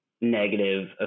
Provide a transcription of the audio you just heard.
negative